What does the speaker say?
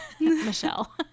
michelle